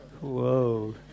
Whoa